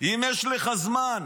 אם יש לך זמן